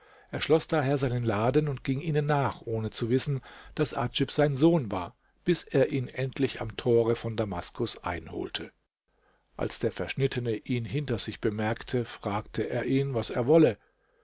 er schloß daher seinen laden und ging ihnen nach ohne zu wissen daß adjib sein sohn war bis er ihn endlich am tore von damaskus einholte als der verschnittene ihn hinter sich bemerkte fragte er ihn was er wolle